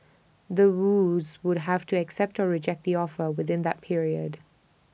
The Woos would have to accept or reject the offer within that period